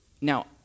Now